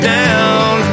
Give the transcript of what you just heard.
down